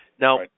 Now